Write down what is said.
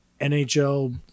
NHL